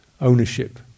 ownership